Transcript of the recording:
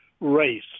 race